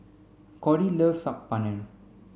Cody loves Saag Paneer